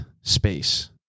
space